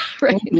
right